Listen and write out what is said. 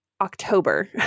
October